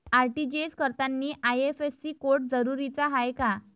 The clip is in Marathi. आर.टी.जी.एस करतांनी आय.एफ.एस.सी कोड जरुरीचा हाय का?